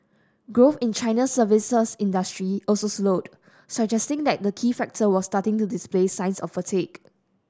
growth in China's services industry also slowed suggesting that the key sector was starting to display signs of fatigue